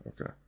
okay